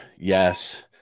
yes